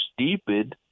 stupid